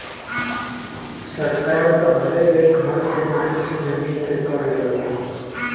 सरकार त हरे एक घर के मालिक से जमीन के कर लेवला